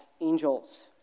angels